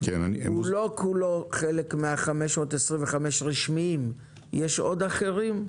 לא כולו חלק מה-525 הרשמיים, יש עוד אחרים?